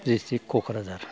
district Kokrajhar